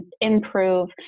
improve